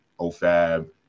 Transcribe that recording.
Ofab